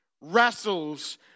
wrestles